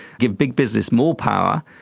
give big business more power,